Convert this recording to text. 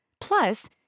Plus